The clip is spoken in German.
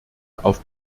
auf